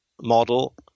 model